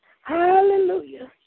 Hallelujah